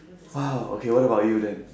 !wow! okay what about you then